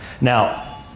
Now